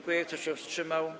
Kto się wstrzymał?